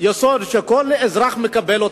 יסוד שכל אזרח מקבל.